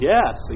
Yes